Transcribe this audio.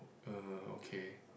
uh okay